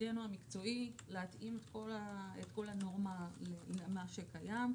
תפקידנו המקצועי הוא להתאים את כל הנורמה למה שקיים.